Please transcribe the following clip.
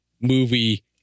movie